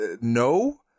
no